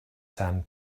sand